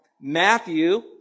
Matthew